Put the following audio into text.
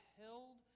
held